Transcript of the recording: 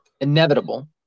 Inevitable